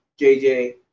JJ